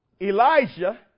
Elijah